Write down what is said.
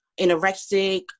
anorexic